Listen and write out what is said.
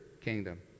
kingdom